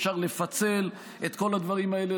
אפשר לפצל את כל הדברים האלה,